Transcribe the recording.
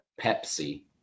Pepsi